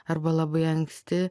arba labai anksti